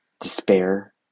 despair